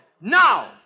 now